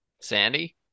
Sandy